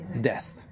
Death